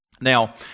Now